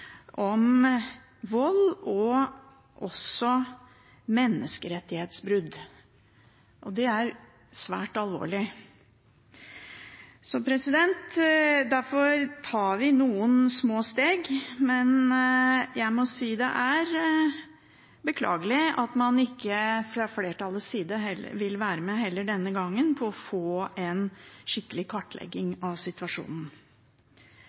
om vold og også menneskerettighetsbrudd, er svært alvorlig. Derfor tar vi noen små steg, men jeg må si det er beklagelig at man fra flertallets side heller ikke denne gangen vil være med på å få en skikkelig kartlegging av situasjonen.